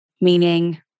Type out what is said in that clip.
meaning